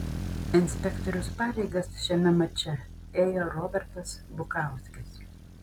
inspektoriaus pareigas šiame mače ėjo robertas bukauskis